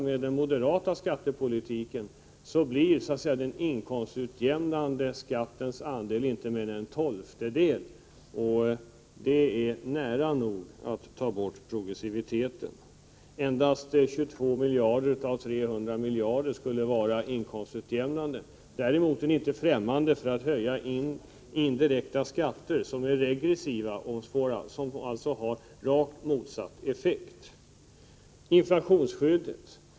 Med den moderata skattepolitiken blir den inkomstutjämnande skattens andel inte mer än en tolftedel, och det innebär att progressiviteten nära nog tas bort — endast 22 miljarder av 300 miljarder skulle vara inkomstutjämnande. Däremot är inte moderaterna främmande för att höja indirekta skatter, som är regressiva och alltså har rakt motsatt effekt.